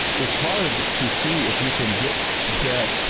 it's hard to see if you can get that